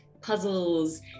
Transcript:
puzzles